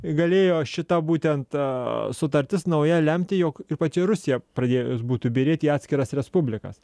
galėjo šita būtent sutartis nauja lemti jog ir pati rusija pradėjus būtų byrėt į atskiras respublikas